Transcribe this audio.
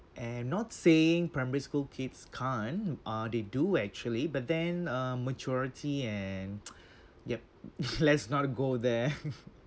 uh not saying primary school kids can't uh they do actually but then uh maturity and yup let's not go there